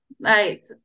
Right